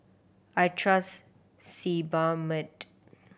I trust Sebamed